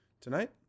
Tonight